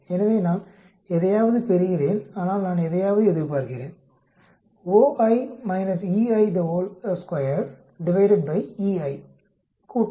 எனவே நான் எதையாவது பெறுகிறேன் ஆனால் நான் எதையாவது எதிர்பார்க்கிறேன் கூட்டவும்